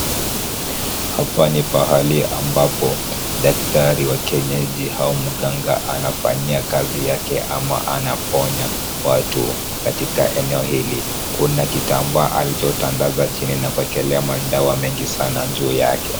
Hapa ni pahali ambapo daktari wa kienyeji au mganga anafanyia kazi yake ama anaponya watu katika eneo hili. Kuna kitambaa alichotandaza chini na kuekelea madawa mengi sana juu yake.